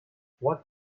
what